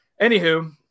Anywho